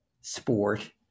sport